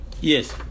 Yes